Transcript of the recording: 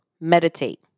meditate